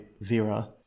Vera